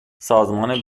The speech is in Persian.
سازمان